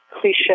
cliche